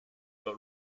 but